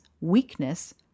weakness